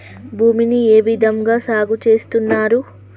భూమిని ఏ విధంగా సాగు చేస్తున్నారు?